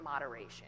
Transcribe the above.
moderation